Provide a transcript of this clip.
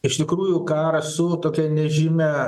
iš tikrųjų karas su tokia nežymia